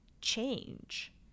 change